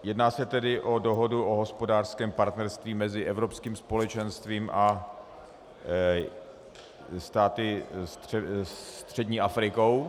Jedná se tedy o dohodu o hospodářském partnerství mezi Evropským společenstvím a státy střední Afriky.